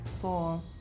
four